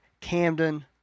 Camden